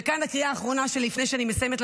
וכאן הקריאה האחרונה שלי לפני שאני מסיימת,